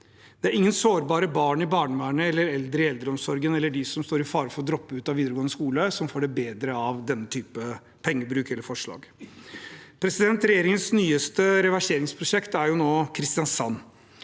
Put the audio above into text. Det er ingen sårbare barn i barnevernet, eldre i eldreomsorgen eller noen blant dem som står i fare for å droppe ut av videregående skole, som får det bedre av denne type pengebruk eller forslag. Regjeringens nyeste reverseringsprosjekt er Kristiansand,